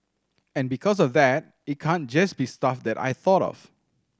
and because of that it can't just be stuff that I thought of